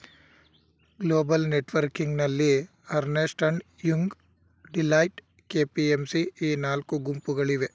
global ನೆಟ್ವರ್ಕಿಂಗ್ನಲ್ಲಿ Ernst and Young, Deloitte, KPMG ಈ ನಾಲ್ಕು ಗುಂಪುಗಳಿವೆ